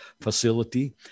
facility